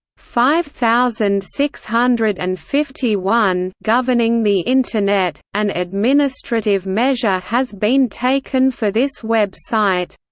five thousand six hundred and fifty one governing the internet, an administrative measure has been taken for this website.